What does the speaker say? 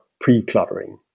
pre-cluttering